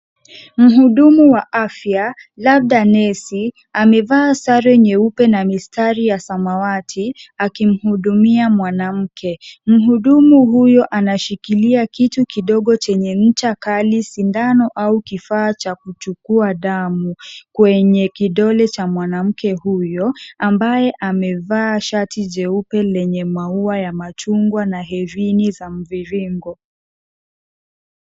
Mhudumu wa afya labda nesi amevaa sare nyeupe na mistari ya samawati akimhudumia mwanamke. Mhudumu huyo anashikilia kitu kidogo chenye ncha kali sindano au kifaa cha kuchukua damu kwenye kidole cha mwanamke huyo ambaye amevaa shati jeupe lenye maua ya machungwa na herini za mviringo.